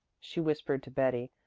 she whispered to betty,